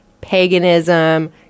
paganism